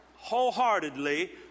Wholeheartedly